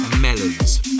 Melons